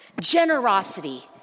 generosity